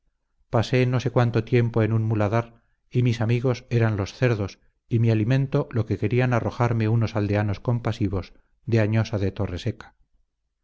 pasé no sé cuánto tiempo en un muladar y mis amigos eran los cerdos y mi alimento lo que querían arrojarme unos aldeanos compasivos de añosa de torreseca